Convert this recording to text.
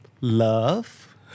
love